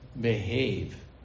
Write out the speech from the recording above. behave